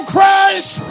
Christ